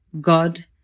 God